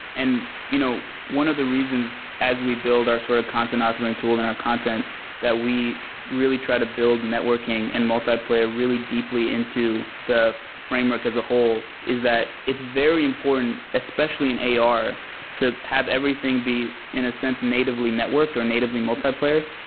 and you know one of the reasons as we build our sort of content authoring tool and our content that we really try to build networking and multiplayer really deeply into the framework as a whole, is that it's very important especially in ar to have everything be, in a sense, natively networked to natively multiplayer.